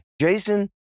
Jason